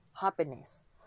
happiness